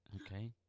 Okay